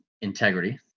Integrity